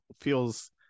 feels